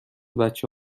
بچه